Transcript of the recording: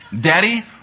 Daddy